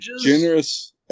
generous